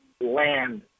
land